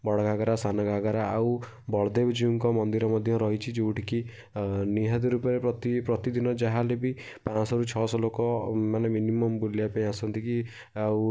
ବଡ଼ ଘାଗରା ସାନ ଘାଗରା ଆଉ ବଳଦେବଜୀଉଙ୍କ ମନ୍ଦିର ମଧ୍ୟ ରହିଛି ଯେଉଁଠି କି ନିହାତି ରୂପେ ପ୍ରତି ପ୍ରତିଦିନ ଯାହା ହେଲେ ବି ପାଞ୍ଚଶହରୁ ଛଅଶହ ଲୋକ ମାନେ ମିନିମମ୍ ବୁଲିବା ପାଇଁ ଆସନ୍ତି କି ଆଉ